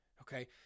Okay